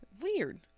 Weird